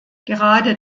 gerade